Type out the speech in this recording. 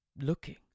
looking